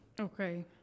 Okay